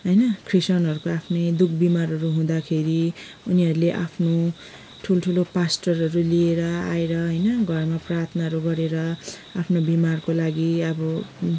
होइन क्रिस्चियनहरूको आफ्नै दुखबिमारहरू हुँदाखेरि उनीहरूले आफ्नो ठुल्ठुलो पास्टरहरू लिएर आएर होइन घरमा प्रार्थनाहरू गरेर आफ्नो बिमारको लागि अब